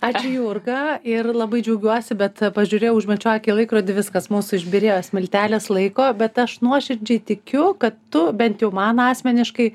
ačiū jurga ir labai džiaugiuosi bet pažiūrėjau užmečiau akį į laikrodį viskas mūsų išbyrėjo smiltelės laiko bet aš nuoširdžiai tikiu kad tu bent jau man asmeniškai